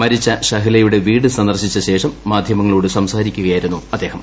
മരിച്ച ഷഹ്ലയുടെ വീട് സന്ദർശിച്ച ശേഷം മാധ്യമങ്ങളോട് സംസാരിക്കുകയായിരുന്നു അദ്ദേഹം